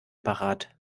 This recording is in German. parat